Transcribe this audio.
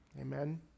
Amen